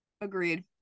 Agreed